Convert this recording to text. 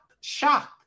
shocked